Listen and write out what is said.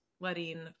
letting